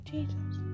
Jesus